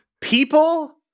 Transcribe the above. People